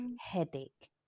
headache